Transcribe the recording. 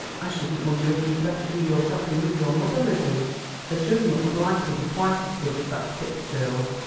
i shouldn't wonder if you'd better do your shopping with your mother, lizzie her judgment would likely be quite as good as that tipp girl's,